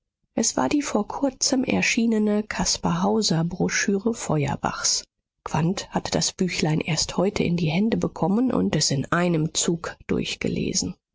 es war die vor kurzem erschienene caspar hauser broschüre feuerbachs quandt hatte das büchlein erst heute in die hände bekommen und es in einem zug durchgelesen